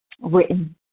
written